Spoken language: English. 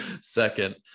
Second